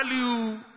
value